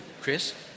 Chris